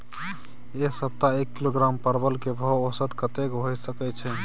ऐ सप्ताह एक किलोग्राम परवल के भाव औसत कतेक होय सके छै?